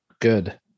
Good